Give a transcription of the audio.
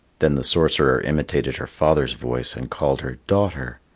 then the sorcerer imitated her father's voice and called her daughter.